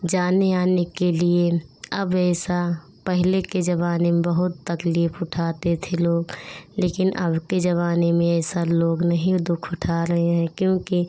जाने आने के लिए अब ऐसा पहले के ज़माने में बहुत तकलीफ़ उठाते थे लोग लेकिन अब के ज़माने में ऐसा लोग नहीं दुख उठा रहे हैं क्योंकि